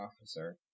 officer